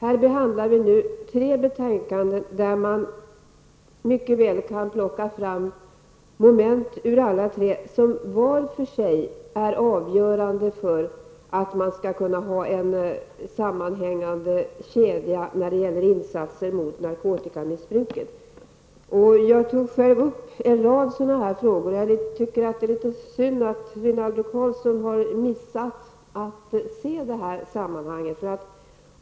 Vi behandlar nu tre betänkanden, och man kan mycket väl ur alla tre betänkanden plocka fram moment som var för sig är avgörande för en sammanhängande kedja av insatser mot narkotikamissbruket. Jag har själv tagit upp en rad sådana frågor, och det är litet synd att Renaldo Karlsson har missat att se detta sammanhang.